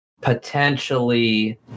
potentially